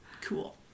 cool